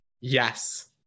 Yes